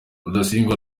rudasingwa